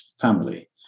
family